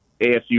ASU